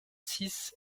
six